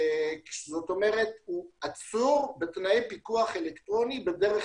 זאת אומרת הוא עצור בתנאי פיקוח אלקטרוני בדרך